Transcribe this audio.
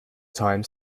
time